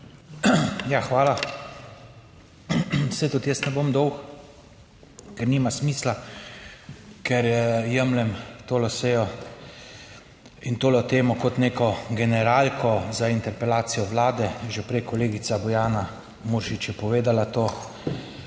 Ja, hvala. Saj tudi jaz ne bom dolg, ker nima smisla, ker jemljem to sejo in to temo kot neko generalko za interpelacijo vlade že prej; kolegica Bojana Muršič je povedala to